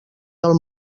del